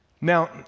Now